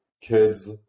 kids